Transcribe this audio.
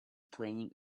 playing